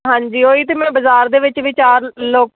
ਹਾਂਜੀ ਉਹ ਹੀ ਤਾਂ ਮੈਂ ਬਾਜ਼ਾਰ ਦੇ ਵਿੱਚ ਵੀ ਚਾਰ ਲੋ